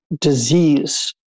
disease